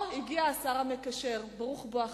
או, הגיע השר המקשר, ברוך בואך.